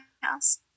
house